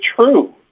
true